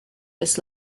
this